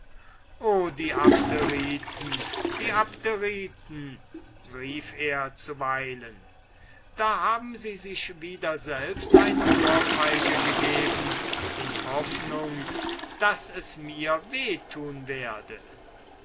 o die abderiten die abderiten rief er zuweilen da haben sie sich wieder selbst eine ohrfeige gegeben in hoffnung daß es mir weh tun werde